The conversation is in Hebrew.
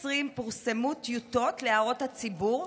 ב-2020 פורסמו טיוטות להערות הציבור,